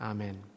Amen